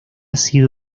sido